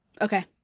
Okay